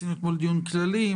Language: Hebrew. ערכנו אתמול דיון כללי.